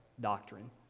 doctrine